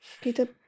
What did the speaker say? Peter